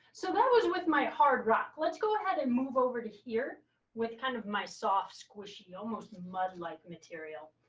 so that was with my hard rock. let's go ahead and move over to here with kind of my soft, squishy, almost mud like material.